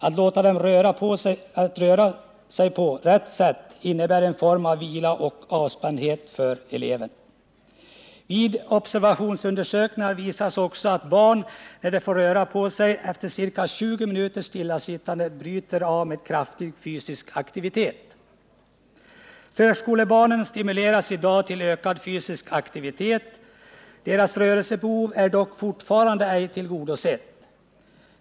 Att låta dem röra sig på rätt sätt innebär en form av vila och avspändhet för dem. Vid observationsundersökningar visas också att barn, när de har möjlighet att röra sig efter ca 20 minuters stillasittande, bryter av med kraftig fysisk aktivitet. Förskolebarnen stimuleras i dag till ökad fysisk aktivitet. Deras rörelsebehov är dock fortfarande inte tillgodosett.